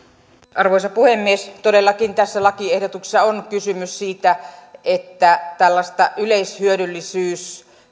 arvoisa puhemies todellakin tässä lakiehdotuksessa on kysymys siitä että tällaista yleishyödyllisyyttä